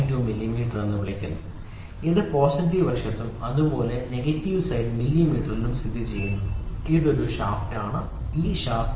2 millimetre എന്ന് വിളിക്കുന്നു ഇത് പോസിറ്റീവ് വശത്തും അതുപോലെ നെഗറ്റീവ് സൈഡ് മില്ലിമീറ്ററിലും സ്ഥിതിചെയ്യുന്നു ഇത് ഒരു ഷാഫ്റ്റാണ് ഇത് ഷാഫ്റ്റ് ആണ് ശരി